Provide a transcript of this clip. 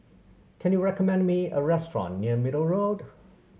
can you recommend me a restaurant near Middle Road